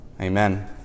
Amen